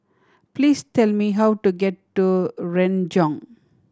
please tell me how to get to Renjong